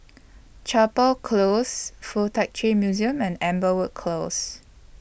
Chapel Close Fuk Tak Chi Museum and Amberwood Close